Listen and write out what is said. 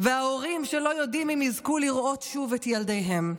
וההורים שלא יודעים אם יזכו לראות שוב את ילדיהם.